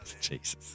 Jesus